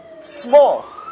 small